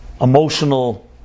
emotional